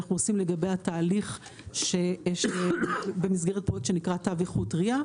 אנחנו עושים לגביה תהליך במסגרת פרויקט שנקרא תו איכות טרייה.